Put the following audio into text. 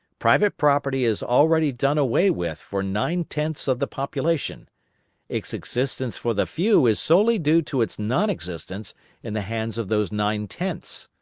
private property is already done away with for nine-tenths of the population its existence for the few is solely due to its non-existence in the hands of those nine-tenths.